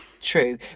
true